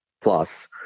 plus